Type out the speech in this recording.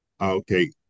Okay